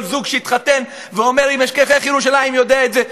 כל זוג שהתחתן ואמר "אם אשכחך ירושלים" יודע את זה,